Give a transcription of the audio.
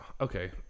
Okay